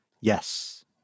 Yes